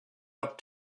out